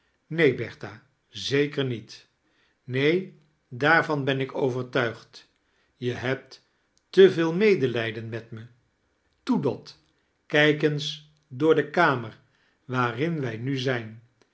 neen bertha zeker niet neen daarvan ben ik overtuigd je hebt te veel medelijdeai met me toe dot kijk eens door de kamer waarin wij nu zijn